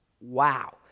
wow